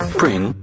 bring